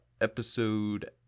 Episode